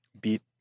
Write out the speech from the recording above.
beat